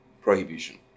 prohibition